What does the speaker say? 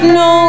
no